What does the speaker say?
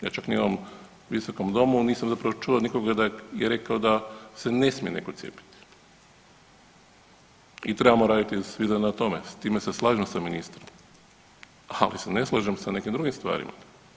Ja čak ni u ovom Visokom domu nisam zapravo čuo nikoga da je rekao da se ne smije netko cijepiti i trebamo raditi svi na tome, s time se slažem sa ministrom ali se ne slažem sa nekim drugim stvarima.